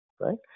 right